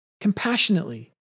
compassionately